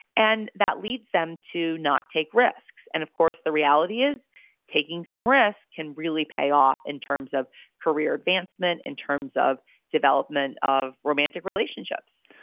and that leads them to not take risks. and of course, the reality is taking some risks can really pay off in terms of career advancement, in terms of development of romantic relationships